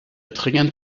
dringend